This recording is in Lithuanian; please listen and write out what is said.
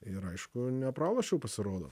ir aišku nepralošiau pasirodo